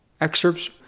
excerpts